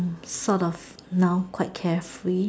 sort of now quite carefree